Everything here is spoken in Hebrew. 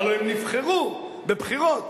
הלוא הם נבחרו בבחירות,